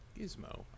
Gizmo